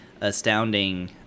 astounding